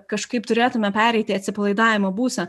kažkaip turėtume pereiti atsipalaidavimo būseną